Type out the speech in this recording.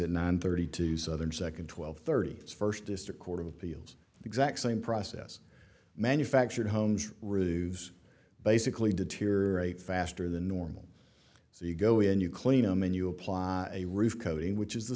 said nine thirty two southern second twelve thirty first district court of appeals exact same process manufactured homes rubes basically deteriorate faster than normal so you go in you clean them and you apply a roof coating which is the